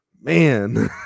man